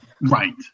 Right